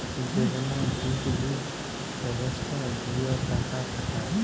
যেগলা ডিপজিট ব্যবস্থা দিঁয়ে টাকা খাটায়